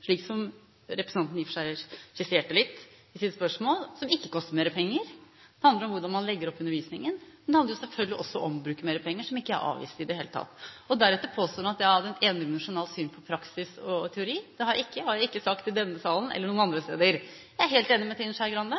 slik som representanten i og for seg skisserte det i sitt spørsmål – som ikke koster mer penger. Det handler om hvordan man legger opp undervisningen. Men det handler selvfølgelig også om å bruke mer penger, noe jeg ikke har avvist i det hele tatt. Deretter påstår hun at jeg hadde et endimensjonalt syn på praksis og teori. Det har jeg ikke, og det har jeg ikke sagt i denne salen eller noen andre steder. Jeg er helt enig med Trine Skei Grande.